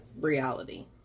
reality